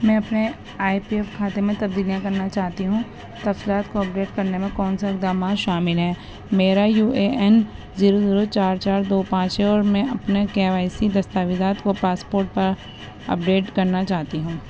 میں اپنے I P F کھاتے میں تبدلیاں کرنا چاہتی ہوں تفصیلات کو اپڈیٹ کرنے میں کون سے اقدامات شامل ہیں میرا U A N zero zero چار چار دو پانچ ہے اور میں اپنے کے وائی سی دستاویزات کو پاسپوٹ پر اپڈیٹ کرنا چاہتی ہوں